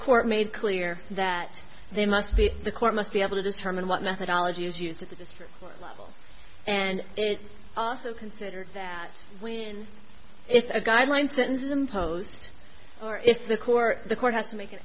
court made clear that they must be the court must be able to determine what methodology is used at the district level and also consider that when it's a guideline sentence imposed or if the court the court has to make an